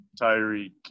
Tyreek